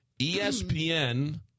ESPN